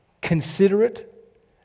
considerate